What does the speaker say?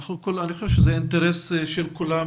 אני חושב שזה אינטרס של כולם,